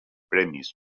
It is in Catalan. premis